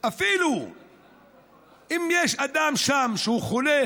אם יש אדם חולה